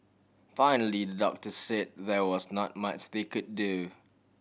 finally doctor say there was not much they could do